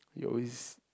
you always